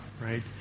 right